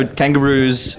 kangaroos